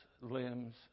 limbs